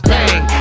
Bang